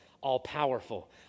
all-powerful